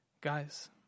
guys